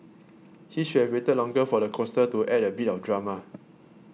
he should have waited longer for the coaster to add a bit of drama